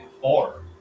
Four